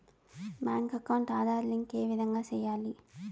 Bank account Aadhaar link ఏ విధంగా సెయ్యాలి?